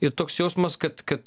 ir toks jausmas kad kad